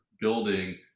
building